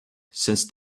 since